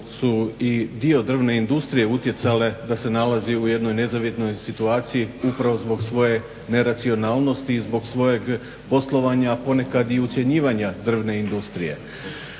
su i dio drvne industrije utjecale da se nalazi u jednoj nezavidnoj situaciji upravo zbog svoje neracionalnosti i zbog svojeg poslovanja, a ponekad i ucjenjivanja drvne industrije.